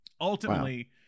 Ultimately